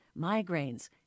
migraines